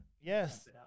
yes